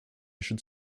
should